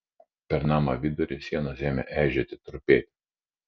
per namo vidurį sienos ėmė eižėti trupėti